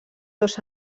dos